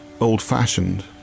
old-fashioned